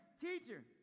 teacher